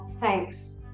thanks